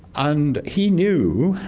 and he knew,